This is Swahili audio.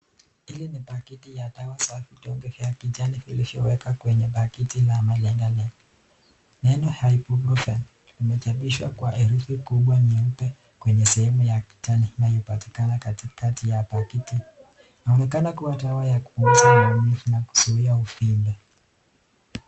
Hili ni pakiti ya dawa za vidonge vya kijani vilivyowekwa kwenye pakiti la malengelenge. Neno Ibuprofen limechapishwa kwa herufi kubwa nyeupe kwenye sehemu ya kijani na hupatikana katikati ya pakiti. Inaonekana kuwa dawa ya kupunguza maumivu na kuzuia uvimbe.